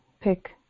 pick